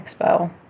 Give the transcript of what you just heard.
Expo